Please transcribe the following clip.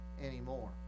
anymore